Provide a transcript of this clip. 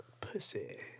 pussy